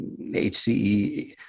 HCE